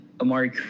Amari